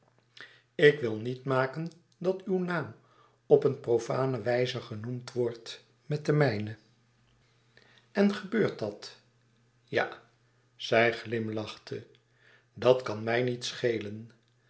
ik wil niet maken dat uw naam op een profane wijze genoemd wordt met den mijne en gebeurt dat ja zij glimlachte dat kan mij niet schelen